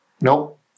nope